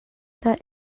that